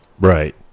right